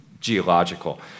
geological